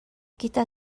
gyda